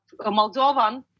Moldovan